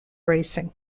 racing